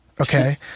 okay